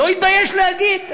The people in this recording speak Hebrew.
לא התבייש להגיד.